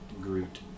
Groot